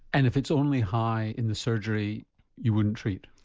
and if it's only high in the surgery you wouldn't treat?